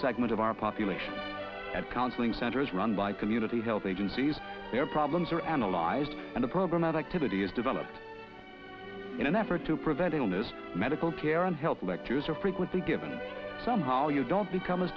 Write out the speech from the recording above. segment of our population that counseling centers run by community health agencies their problems are analyzed and the program that activity is developed in an effort to prevent illness medical care and health lectures are frequently given somehow you don't become as